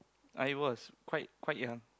I was quite quite young